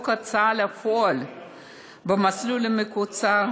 הצעת חוק ההוצאה לפועל במסלול המקוצר,